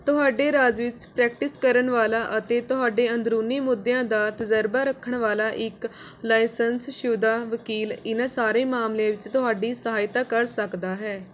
ਤੁਹਾਡੇ ਰਾਜ ਵਿੱਚ ਪ੍ਰੈਕਟਿਸ ਕਰਨ ਵਾਲਾ ਅਤੇ ਤੁਹਾਡੇ ਅੰਦਰੂਨੀ ਮੁੱਦਿਆਂ ਦਾ ਤਜਰਬਾ ਰੱਖਣ ਵਾਲਾ ਇੱਕ ਲਾਇਸੰਸਸ਼ੁਦਾ ਵਕੀਲ ਇਨ੍ਹਾਂ ਸਾਰੇ ਮਾਮਲਿਆਂ ਵਿੱਚ ਤੁਹਾਡੀ ਸਹਾਇਤਾ ਕਰ ਸਕਦਾ ਹੈ